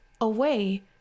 away